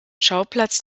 schauplatz